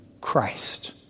Christ